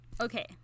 Okay